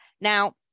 Now